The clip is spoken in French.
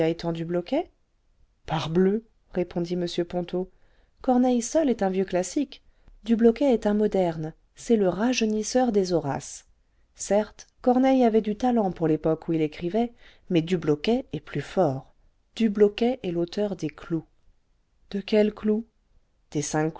g aëtan dubloquet parbleu répondit m ponto corneille seul est un vieux classique dubloquet est un moderne c'est le ràjeunisseur des horaces certes corneille avait du talent pour l'époque où il écrivait mais dubloquet est plus fort dubloquet est l'auteur des clous de quels clous des cinq